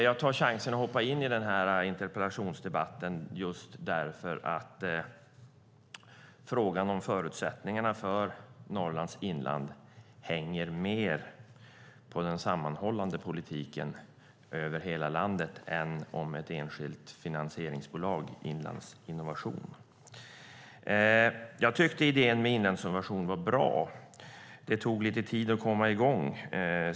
Jag tar chansen att hoppa in i denna interpellationsdebatt därför att frågan om förutsättningarna för Norrlands inland hänger mer på den sammanhållande politiken över hela landet än på ett enskilt finansieringsbolag - Inlandsinnovation. Idén med Inlandsinnovation tyckte jag var bra. Det tog lite tid att komma i gång.